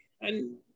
And-